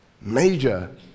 Major